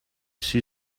see